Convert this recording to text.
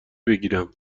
بگیرم